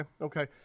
okay